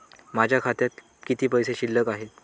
माझ्या खात्यात किती पैसे शिल्लक आहेत?